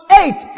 eight